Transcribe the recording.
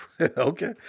Okay